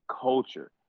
culture